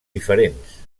diferents